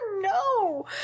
no